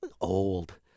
Old